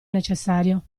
necessario